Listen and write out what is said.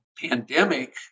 pandemic